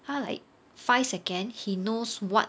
他 like five second he knows what